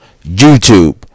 YouTube